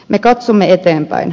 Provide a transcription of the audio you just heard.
me katsomme eteenpäin